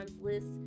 list